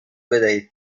بدهید